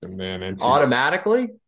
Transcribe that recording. Automatically